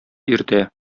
иртә